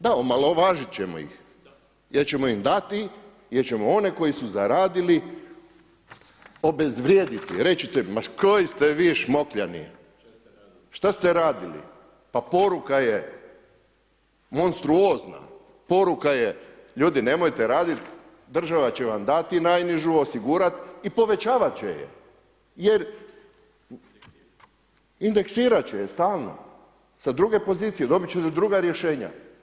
Da, omalovažit ćemo ih jer ćemo im dati, jer ćemo one koji su zaradili obezvrijediti, reći ćemo koji ste vi šmokljani, šta ste radili pa poruka je monstruozna, poruka je ljudi nemojte radit, država će vam dati najnižu, osigurat i povećavat će je jer indeksirat će je stalno sa druge pozicije, dobit će druga rješenja.